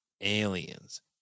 aliens